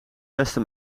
beste